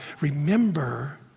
Remember